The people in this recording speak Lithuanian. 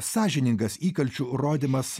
sąžiningas įkalčių rodymas